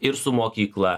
ir su mokykla